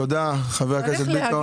תודה, חבר הכנסת ביטון.